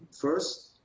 first